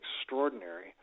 extraordinary